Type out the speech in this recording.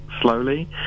slowly